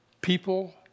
People